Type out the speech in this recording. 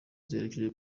ziherekeje